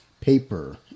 paper